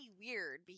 weird